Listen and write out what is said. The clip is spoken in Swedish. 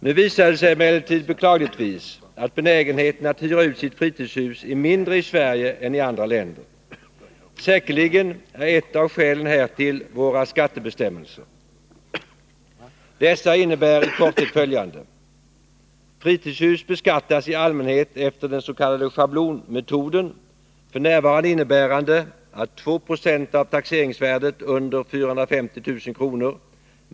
Nu visar det sig beklagligtvis att benägenheten att hyra ut sitt fritidshus är mindre i Sverige än i andra länder. Säkerligen är ett av skälen härtill våra skattebestämmelser. Dessa innebär i korthet följande: Fritidshus beskattas i allmänhet efter den s.k. schablonmetoden, f. n. innebärande att 2 Ze av taxeringsvärdet under 450 000 kr.